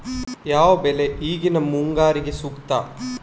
ಯಾವ ಬೆಳೆ ಈಗಿನ ಮುಂಗಾರಿಗೆ ಸೂಕ್ತ?